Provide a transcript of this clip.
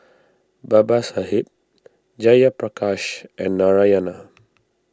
Babasaheb Jayaprakash and Narayana